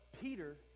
Peter